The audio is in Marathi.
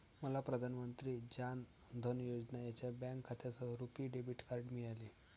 मला प्रधान मंत्री जान धन योजना यांच्या बँक खात्यासह रुपी डेबिट कार्ड मिळाले